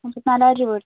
മുപ്പത്തിനാലായിരം രൂപ